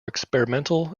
experimental